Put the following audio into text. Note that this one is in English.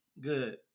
Good